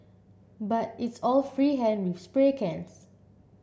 but it's all free hand with spray cans